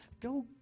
go